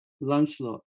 Lancelot